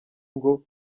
ngo